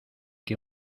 que